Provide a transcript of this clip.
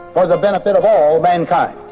for the benefit of all mankind.